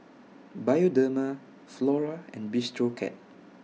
Bioderma Flora and Bistro Cat